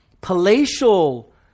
palatial